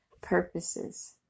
purposes